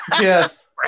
Yes